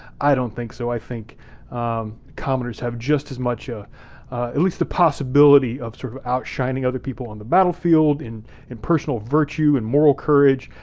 i don't think so. i think commoners have just as much ah at least the possibility of sort of outshining other people on the battlefield, in in personal virtue, in moral courage,